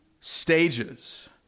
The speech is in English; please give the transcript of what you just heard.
stages